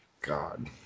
god